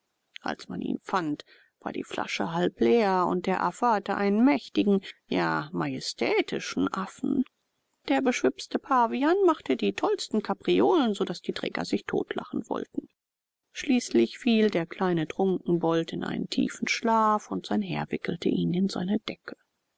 als man ihn fand war die flasche halbleer und der affe hatte einen mächtigen ja majestätischen affen der beschwipste pavian machte die tollsten kapriolen so daß die träger sich totlachen wollten schließlich fiel der kleine trunkenbold in einen tiefen schlaf und sein herr wickelte ihn in seine decke